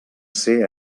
ser